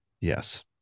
Yes